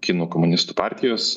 kinų komunistų partijos